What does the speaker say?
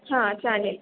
हां चालेल